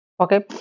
Okay